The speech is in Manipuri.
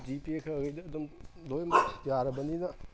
ꯖꯤ ꯄꯦ ꯀꯔꯤ ꯀꯔꯤꯗ ꯑꯗꯨꯝ ꯂꯣꯏꯃꯛ ꯌꯥꯔꯕꯅꯤꯅ